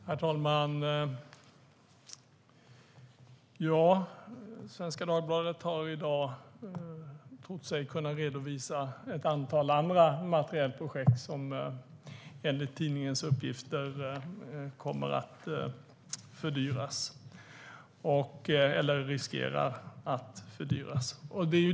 Herr talman! Svenska Dagbladet har i dag trott sig kunna redovisa ett antal andra materielprojekt som enligt tidningens uppgifter riskerar att fördyras.